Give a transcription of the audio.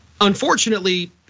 Unfortunately